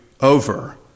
over